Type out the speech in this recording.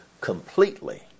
completely